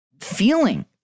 feeling